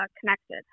connected